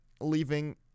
leaving